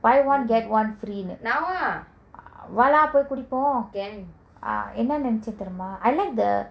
buy one get on free ன்னு நாம வா:nu naama vaa lah போய் குடிப்போ:poy kudipo ah என்ன நெனச்ச தெரியுமா:enna nenacha theriyuma I like the